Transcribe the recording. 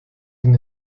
den